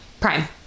Prime